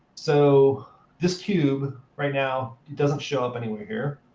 so this cube, right now, it doesn't show up anywhere here.